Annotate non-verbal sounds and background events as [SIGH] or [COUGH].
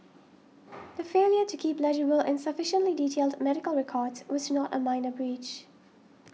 [NOISE] the failure to keep legible and sufficiently detailed medical records was not a minor breach